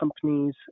companies